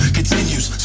continues